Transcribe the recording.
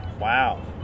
Wow